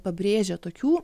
pabrėžia tokių